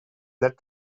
let